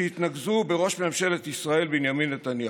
שהתנקזו בראש ממשלת ישראל בנימין נתניהו.